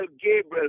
Gabriel